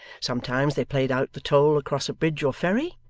sometimes they played out the toll across a bridge or ferry,